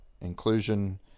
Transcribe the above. inclusion